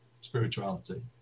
spirituality